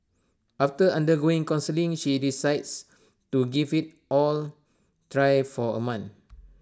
after undergoing counselling she decides to give IT all try for A month